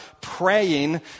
praying